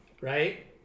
right